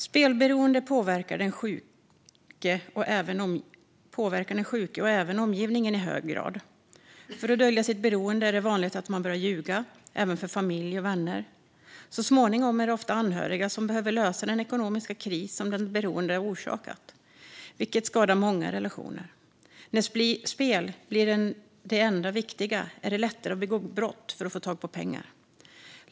Spelberoende påverkar den sjuke och även omgivningen i hög grad. För att dölja sitt beroende är det vanligt att man börjar ljuga, även för familj och vänner. Så småningom är det ofta anhöriga som behöver lösa den ekonomiska kris som den beroende har orsakat, vilket skadar många relationer. När spel blir det enda viktiga är det lättare att begå brott för att få tag på pengar.